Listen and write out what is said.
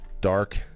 dark